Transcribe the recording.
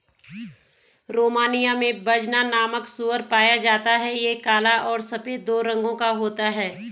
Romania में Bazna नामक सूअर पाया जाता है यह काला और सफेद दो रंगो का होता है